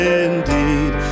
indeed